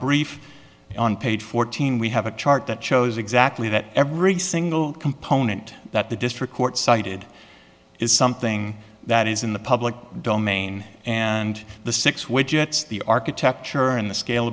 brief on page fourteen we have a chart that shows exactly that every single component that the district court cited is something that is in the public domain and the six widgets the architecture and the scale